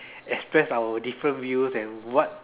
express our different views and what